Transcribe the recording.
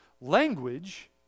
Language